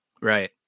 Right